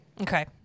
Okay